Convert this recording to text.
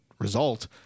result